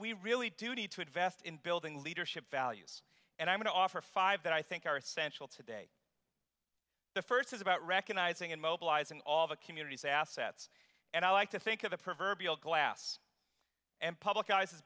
we really do need to invest in building leadership values and i'm going to offer five that i think are essential today the first is about recognizing and mobilizing all the communities assets and i like to think of the proverbial glass and public eyes has